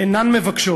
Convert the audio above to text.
אינן מבקשות